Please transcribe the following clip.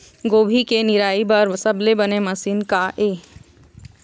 गोभी के निराई बर सबले बने मशीन का ये?